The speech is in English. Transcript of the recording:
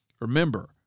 Remember